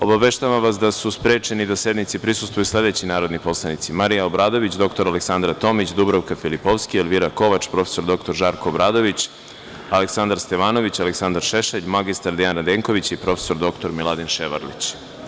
Obaveštavam vas da su sprečeni da sednici prisustvuju sledeći narodni poslanici Marija Obradović, dr Aleksandra Tomić, Dubravka Filipovski, Elvira Kovač, prof. dr Žarko Obradović, Aleksandar Stevanović, Aleksandar Šešelj, mr. Dejan Radenković i prof. dr Miladin Ševarlić.